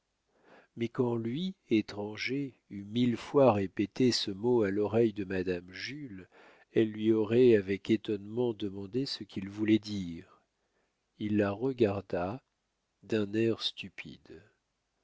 mais quand lui étranger eût mille fois répété ce mot à l'oreille de madame jules elle lui aurait avec étonnement demandé ce qu'il voulait dire il la regarda d'un air stupide